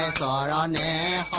da da da